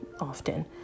often